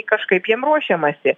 kažkaip jiem ruošiamasi